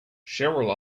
cheryl